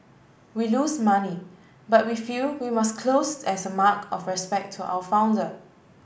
we lose money but we feel we must closed as a mark of respect to our founder